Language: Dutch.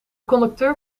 conducteur